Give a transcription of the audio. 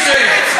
אני אשמח,